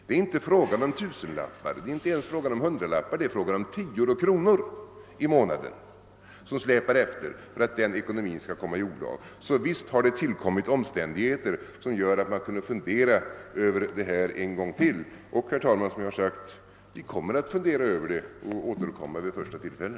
Det är inte fråga om tusenlappar, inte ens hundralappar — det är fråga om tior och kronor i månaden för att den ekonomin skall komma ur balans. Så visst har det tillkommit omständigheter som gör att man kunde fundera över frågan en gång till. Och, herr talman, vi kommer att fundera över den och återkomma vid första tillfälle.